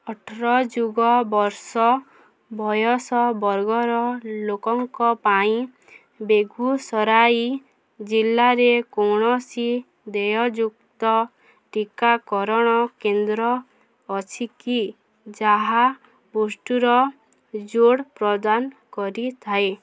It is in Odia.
ଅଠର ଯୁଗ ବର୍ଷ ବୟସ ବର୍ଗର ଲୋକଙ୍କ ପାଇଁ ବେଗୁସରାଇ ଜିଲ୍ଲାରେ କୌଣସି ଦେୟଯୁକ୍ତ ଟିକାକରଣ କେନ୍ଦ୍ର ଅଛି କି ଯାହା ବୁଷ୍ଟର୍ ଡୋଜ୍ ପ୍ରଦାନ କରିଥାଏ